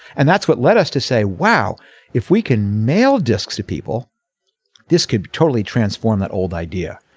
and that's what led us to say wow if we can mail discs to people this could totally transform that old idea.